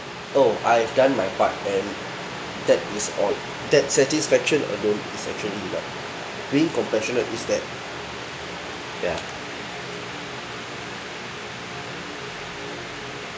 oh I have done my part and that is odd that satisfaction being compassionate is that ya